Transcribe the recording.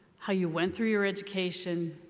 how you went through your education,